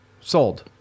Sold